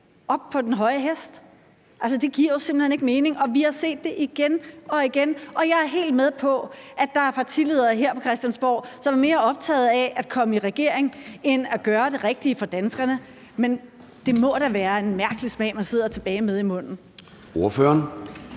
op på den høje hest. Altså, det giver jo simpelt hen ikke mening, og vi har set det igen og igen. Og jeg er helt med på, at der er partiledere her på Christiansborg, som er mere optaget af at komme i regering end af at gøre det rigtige for danskerne. Men det må da være en mærkelig smag, man sidder tilbage med i munden. Kl.